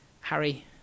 Harry